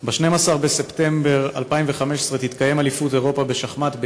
ב-12 בנובמבר 2015 תתקיים באיסלנד אליפות אירופה בשחמט.